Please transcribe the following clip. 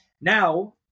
Now